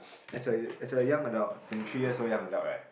as a as a young adult twenty three years old young adult right